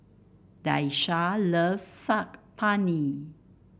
Daisha loves Saag Paneer